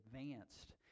advanced